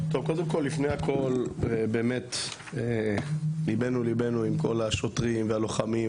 לפני הכל, ליבנו עם כל השוטרים והלוחמים.